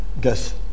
guess